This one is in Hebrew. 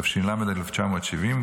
התש"ל 1970,